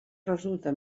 resulta